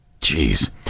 Jeez